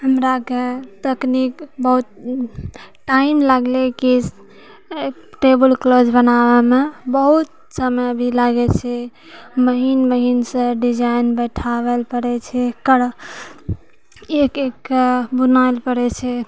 हमराके तकनीक बहुत टाइम लगले कि टेबुल क्लाथ बनाबैमे बहुत समयमे भी लागै छै महीन महीनसँ डिजाइन बैठाबयले पड़ै छै करऽ एक एकके बुनाइले पड़ै छै